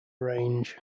range